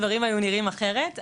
הדברים היו נראים אחרת.